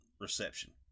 reception